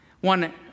one